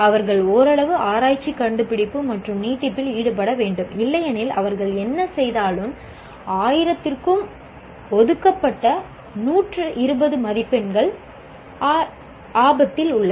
அவர்கள் ஓரளவு ஆராய்ச்சி கண்டுபிடிப்பு மற்றும் நீட்டிப்பில் ஈடுபட வேண்டும் இல்லையெனில் அவர்கள் என்ன செய்தாலும் 1000 க்கு ஒதுக்கப்பட்ட 120 மதிப்பெண்கள் ஆபத்தில் உள்ளன